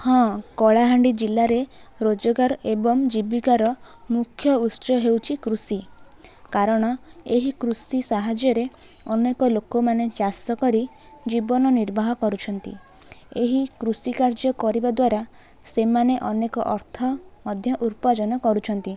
ହଁ କଳାହାଣ୍ଡି ଜିଲ୍ଲାରେ ରୋଜଗାର ଏବଂ ଜୀବିକାର ମୁଖ୍ୟ ଉତ୍ସ ହେଉଛି କୃଷି କାରଣ ଏହି କୃଷି ସାହାଯ୍ୟରେ ଅନେକ ଲୋକମାନେ ଚାଷ କରି ଜୀବନ ନିର୍ବାହ କରୁଛନ୍ତି ଏହି କୃଷିକାର୍ଯ୍ୟ କରିବା ଦ୍ଵାରା ସେମାନେ ଅନେକ ଅର୍ଥ ମଧ୍ୟ ଉପାର୍ଜନ କରୁଛନ୍ତି